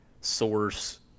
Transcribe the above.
source